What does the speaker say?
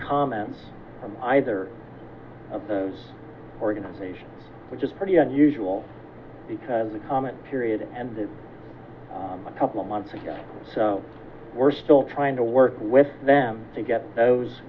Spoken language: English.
comments from either of those organizations which is pretty unusual because the comment period and a couple of months ago so we're still trying to work with them to get those